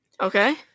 Okay